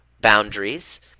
boundaries